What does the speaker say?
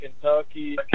Kentucky